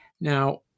Now